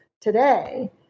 today